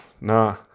nah